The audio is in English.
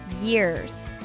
years